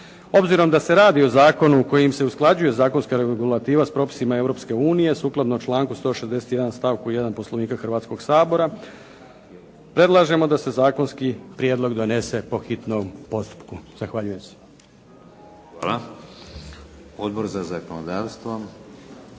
Obzirom da se radi o zakonu kojim se usklađuje zakonska regulativa sa propisima Europske unije sukladno članku 161. stavku 1. Poslovnika Hrvatskog sabora predlažemo da se zakonski prijedlog donese po hitnom postupku. Zahvaljujem se. **Šeks, Vladimir (HDZ)** Hvala. Odbor za zakonodavstvo?